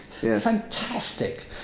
fantastic